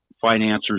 financiers